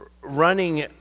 running